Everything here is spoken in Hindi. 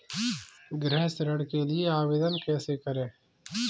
गृह ऋण के लिए आवेदन कैसे करें?